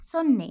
ಸೊನ್ನೆ